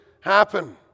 happen